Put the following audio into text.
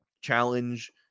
challenge